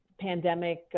pandemic